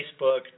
Facebook